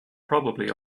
probably